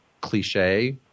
cliche